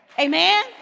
Amen